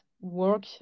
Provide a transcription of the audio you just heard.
work